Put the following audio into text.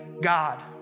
God